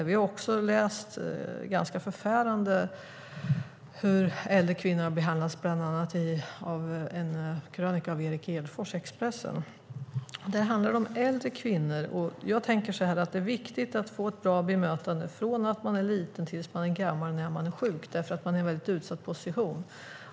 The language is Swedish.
Vi har också läst ganska förfärande saker om hur äldre kvinnor har behandlats, bland annat i en krönika av Eric Edfors i Expressen. Detta handlar om äldre kvinnor. Jag tänker att det är viktigt att man får ett bra bemötande från att man är liten tills man är gammal när man är sjuk därför att man då är i en mycket utsatt position.